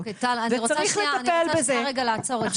אוקיי טל, אני רוצה שנייה רגע לעצור.